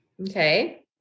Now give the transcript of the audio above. Okay